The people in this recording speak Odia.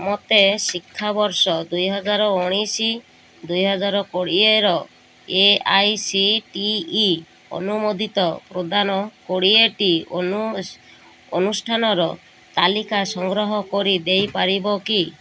ମୋତେ ଶିକ୍ଷାବର୍ଷ ଦୁଇହଜାର ଉଣେଇଶି ଦୁଇହଜାର କୋଡ଼ିଏର A I C T E ଅନୁମୋଦିତ ପ୍ରଧାନ କୋଡ଼ିଏଟି ଅନୁ ଅନୁଷ୍ଠାନର ତାଲିକା ସଂଗ୍ରହ କରି ଦେଇପାରିବ କି